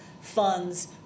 funds